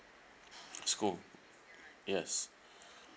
school yes